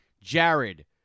Jared